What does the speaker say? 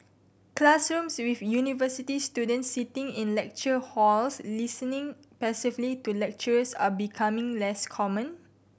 classrooms with university students sitting in lecture halls listening passively to lecturers are becoming less common